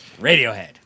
Radiohead